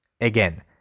Again